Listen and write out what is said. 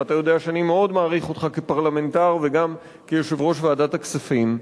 ואתה יודע שאני מאוד מעריך אותך כפרלמנטר וגם כיושב-ראש ועדת הכספים,